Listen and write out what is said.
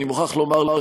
אני מוכרח לומר לך,